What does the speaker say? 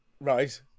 right